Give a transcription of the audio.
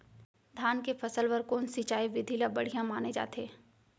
धान के फसल बर कोन सिंचाई विधि ला बढ़िया माने जाथे?